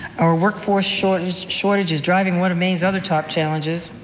our workforce shortage shortage is driving one of maine's other top challenges,